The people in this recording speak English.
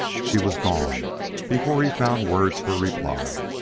she was gone before he found words for reply.